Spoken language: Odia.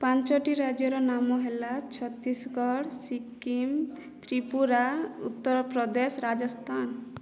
ପାଞ୍ଚଟି ରାଜ୍ୟର ନାମ ହେଲା ଛତିଶଗଡ଼ ସିକ୍କିମ ତ୍ରିପୁରା ଉତ୍ତରପ୍ରଦେଶ ରାଜସ୍ଥାନ